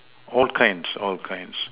all kinds all kinds